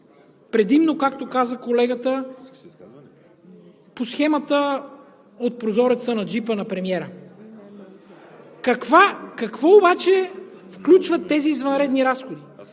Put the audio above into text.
Предимно, както каза колегата, по схемата от прозореца на джипа на премиера. Какво обаче включват тези извънредни разходи?